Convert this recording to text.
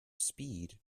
speed